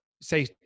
say